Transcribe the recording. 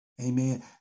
Amen